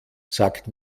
sagt